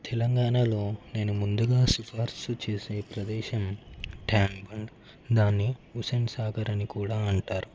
తెలంగాణలో నేను ముందుగా సిఫార్సు చేసే ప్రదేశం ట్యాంక్ బండ్ దాన్ని హుస్సేన్ సాగర్ అని కూడా అంటారు